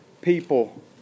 people